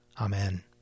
Amen